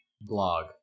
blog